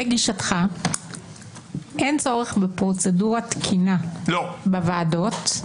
לגישתך אין צורך בפרוצדורה תקינה בוועדות,